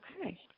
Okay